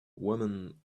women